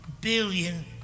billion